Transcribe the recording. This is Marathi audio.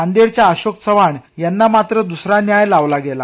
नांदेडच्या अशोक चव्हाण याना मात्र दुसरा न्याय लावला गेला